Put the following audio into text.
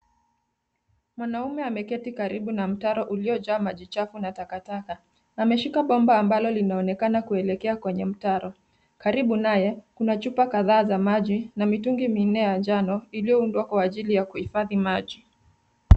Mwanaume ameketi karibu na mtaro uliojaa maji chafu na takataka. Ameshika bomba ambalo linaonekana kwelekea kwenye mtaro. Karibu naye, kuna chupa kadhaa za maji na mitungi minne ya njano iliyoundwa kwa ajili ya kuhifadhi maji.